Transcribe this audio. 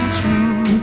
true